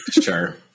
Sure